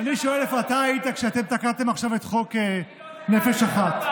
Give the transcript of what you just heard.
אני שואל אותך איפה אתה היית כשאתם תקעתם עכשיו את חוק נפש אחת.